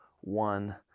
one